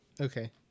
Okay